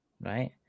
right